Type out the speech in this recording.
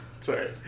Sorry